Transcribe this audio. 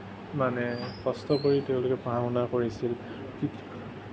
মানে কষ্ট কৰি তেওঁলোকে পঢ়া শুনা কৰিছিল